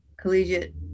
collegiate